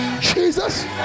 Jesus